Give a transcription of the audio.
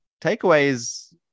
takeaways